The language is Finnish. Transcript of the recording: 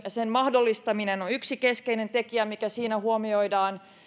sen mahdollistaminen on yksi keskeinen tekijä mikä siinä huomioidaan